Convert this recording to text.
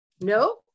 No